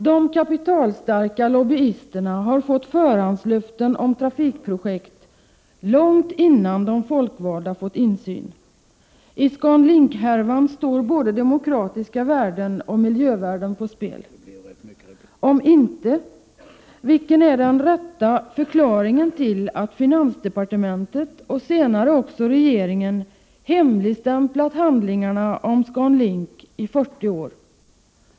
De kapitalstarka lobbyisterna har fått förhandslöften om trafikprojekt långt innan de folkvalda fått insyn. I ScanLink-härvan står både demokratiska värden och miljövärden på spel. Om inte — vilken är den rätta förklaringen till att finansdepartementet och senare också regeringen hemligstämplat handlingarna om ScanLink i 40 år?